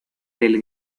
del